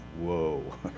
whoa